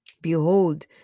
Behold